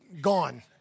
gone